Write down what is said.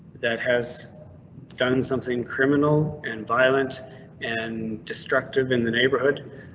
that has done something criminal and violent and destructive in the neighborhood.